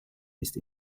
ist